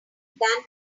than